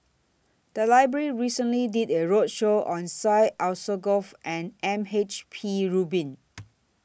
The Library recently did A roadshow on Syed Alsagoff and M H P Rubin